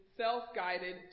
self-guided